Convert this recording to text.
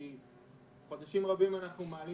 כי חודשים רבים אנחנו מעלים